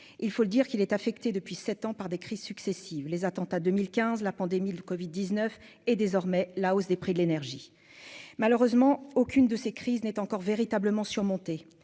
il faut le dire qu'il est affecté depuis 7 ans par des crises successives, les attentats 2015 la pandémie de Covid 19 et désormais la hausse des prix de l'énergie, malheureusement, aucune de ces crises n'est encore véritablement surmonter